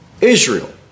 Israel